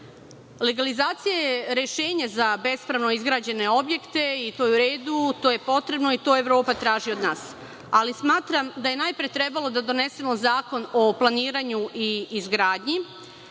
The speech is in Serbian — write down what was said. SPS.Legalizacija je rešenje za bespravno izgrađene objekte i to je u redu, to je potrebno i to Evropa traži od nas, ali smatram da je najpre trebalo da donesemo Zakon o planiranju i izgradnji